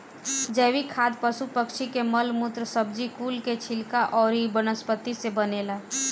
जैविक खाद पशु पक्षी के मल मूत्र, सब्जी कुल के छिलका अउरी वनस्पति से बनेला